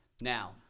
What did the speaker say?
Now